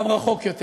גם רחוק יותר.